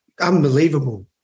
unbelievable